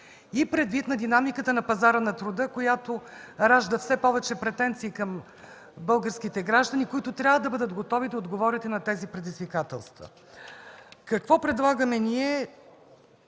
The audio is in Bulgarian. и предвид динамиката на пазара на труда, която ражда все повече претенции към българските граждани, които трябва да бъдат готови да отговорят и на тези предизвикателства. Какво предлагаме ние